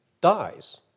dies